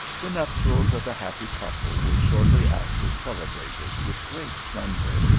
the nuptials of the happy couple were shortly after celebrated with great splendour,